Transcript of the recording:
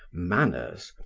manners,